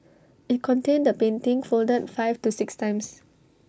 IT contained A painting folded five to six times